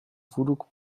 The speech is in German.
voodoo